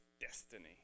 destiny